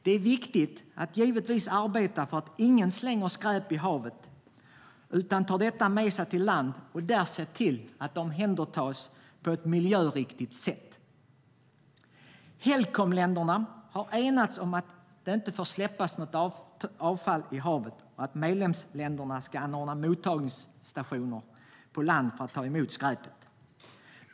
Det är givetvis viktigt att arbeta för att ingen slänger skräp i havet utan tar det med sig till land och där ser till att det omhändertas på ett miljöriktigt sätt. Helcomländerna har enats om att det inte får släppas något avfall i havet och att medlemsländerna ska anordna mottagningsstationer på land för att ta emot skräpet.